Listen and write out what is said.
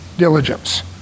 Diligence